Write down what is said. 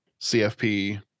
cfp